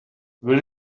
will